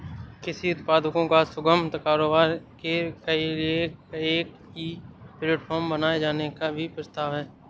कृषि उत्पादों का सुगम कारोबार के लिए एक ई प्लेटफॉर्म बनाए जाने का भी प्रस्ताव है